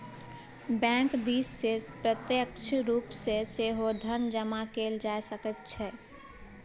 bank दिससँ प्रत्यक्ष रूप सँ सेहो धन जमा कएल जा सकैत छै